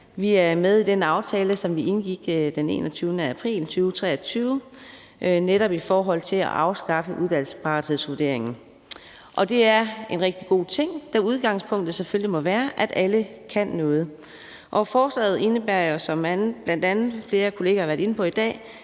Vi er med i den aftale, som vi indgik den 21. april 2023, om at afskaffe uddannelsesparathedsvurderingen. Det er en rigtig god ting, da udgangspunktet selvfølgelig må være, at alle kan noget. Og forslaget indebærer bl.a., som flere af mine kollegaer har været inde på i dag,